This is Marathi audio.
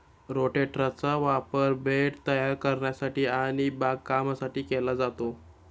रोटेटरचा वापर बेड तयार करण्यासाठी आणि बागकामासाठी केला जातो